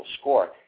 score